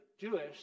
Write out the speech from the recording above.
Jewish